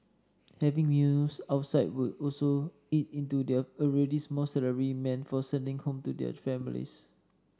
having meals outside would also eat into their already small salary meant for sending home to their families